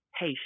hey